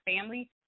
family